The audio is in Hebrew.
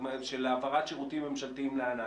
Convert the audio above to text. של העברת השירותים הממשלתיים לענן,